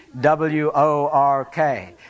W-O-R-K